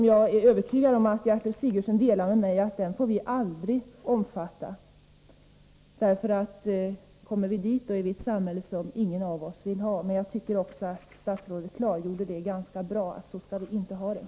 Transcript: Jag är övertygad om att Gertrud Sigurdsen delar min uppfattning, att vi aldrig får omfatta detta synsätt. Om vi kommer dit, kommer vi att vara i ett samhälle som ingen av oss vill ha. Men jag tycker också att statsrådet ganska tydligt klargjorde att vi inte skall tillåta en sådan utveckling.